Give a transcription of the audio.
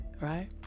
right